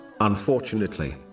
Unfortunately